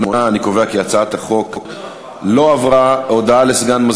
מסדר-היום את הצעת חוק מס ערך מוסף (תיקון פטור ממס